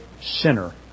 sinner